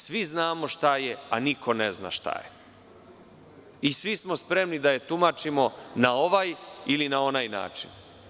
Svi znamo šta je, a niko ne zna šta je i svi smo spremni da je tumačimo na ovaj ili onaj način.